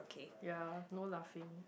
ya no laughing